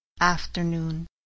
Afternoon